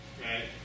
Right